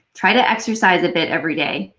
try to exercise a bit every day.